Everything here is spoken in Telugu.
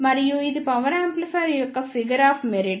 మరియు ఇది పవర్ యాంప్లిఫైయర్ యొక్క ఫిగర్ ఆఫ్ మెరిట్